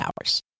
hours